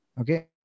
Okay